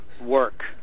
work